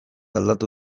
aldatu